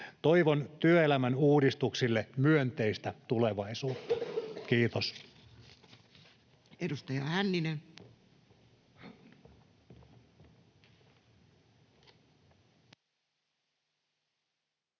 Toivon työelämän uudistuksille myönteistä tulevaisuutta. — Kiitos.